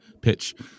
pitch